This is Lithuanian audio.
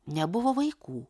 nebuvo vaikų